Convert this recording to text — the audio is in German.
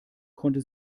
konnte